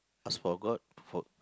ask for god for